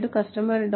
cname customer